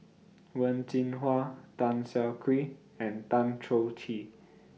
Wen Jinhua Tan Siah Kwee and Tan Choh Tee